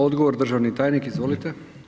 Odgovor državni tajnik, izvolite.